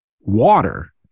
water